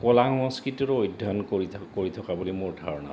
কলা সংস্কৃতিৰ অধ্যয়ন কৰি কৰি থকা বুলি মোৰ ধাৰণা